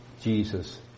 Jesus